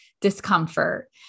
discomfort